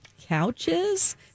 couches